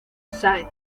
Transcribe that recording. sáenz